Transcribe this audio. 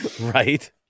Right